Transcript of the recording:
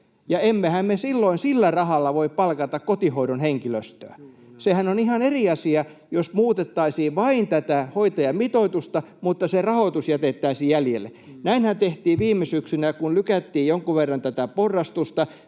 emmehän me silloin sillä rahalla voi palkata kotihoidon henkilöstöä. Sehän on ihan eri asia, jos muutettaisiin vain tätä hoitajamitoitusta, mutta se rahoitus jätettäisiin jäljelle. Näinhän tehtiin viime syksynä, kun lykättiin jonkun verran tätä porrastusta.